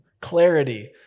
clarity